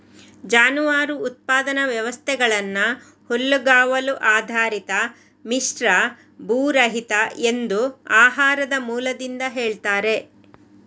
ಜಾನುವಾರು ಉತ್ಪಾದನಾ ವ್ಯವಸ್ಥೆಗಳನ್ನ ಹುಲ್ಲುಗಾವಲು ಆಧಾರಿತ, ಮಿಶ್ರ, ಭೂರಹಿತ ಎಂದು ಆಹಾರದ ಮೂಲದಿಂದ ಹೇಳ್ತಾರೆ